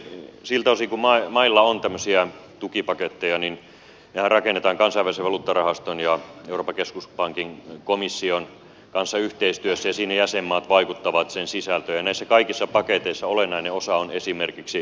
siltä osin kuin mailla on tämmöisiä tukipaketteja niin nehän rakennetaan kansainvälisen valuuttarahaston euroopan keskuspankin ja komission kanssa yhteistyössä ja siinä jäsenmaat vaikuttavat niiden sisältöön ja näissä kaikissa paketeissa olennainen osa on esimerkiksi veronperinnän parantaminen